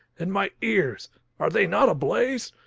and my ears are they not ablaze?